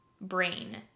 brain